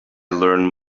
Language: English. learn